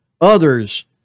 others